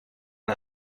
una